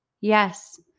yes